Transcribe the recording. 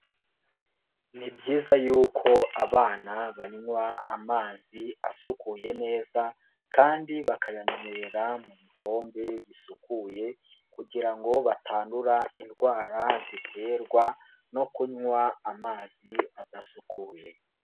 Ni byiza yuko abana banywa amazi asukuye neza, kandi bakayanywera mu bikombe bisukuye kugira ngo batandura indwara ziterwa no kunywa amazi adasukuye.